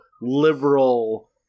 liberal